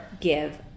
give